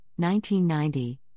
1990